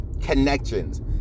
connections